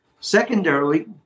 Secondarily